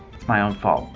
it's my own fault,